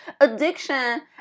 Addiction